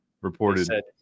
reported